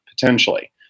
potentially